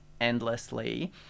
endlessly